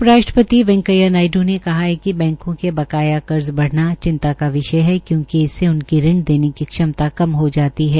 उप राष्ट्रपति वैकंया नायड् ने कहा है कि बैंको के बकाया कर्ज बढ़ना चिता का विषय है क्योकि इससे उनकी ऋण देने की क्षमता कम हो जाती है